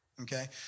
okay